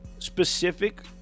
specific